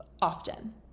often